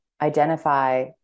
identify